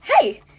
hey